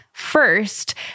first